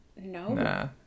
No